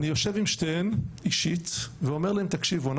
ואני יושב עם שתיהן אישית ואני אומר להן תקשיבו,